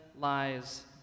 lies